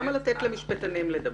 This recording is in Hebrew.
למה לתת למשפטנים לדבר?